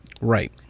Right